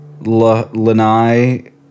Lanai